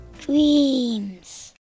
dreams